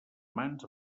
mans